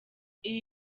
ibi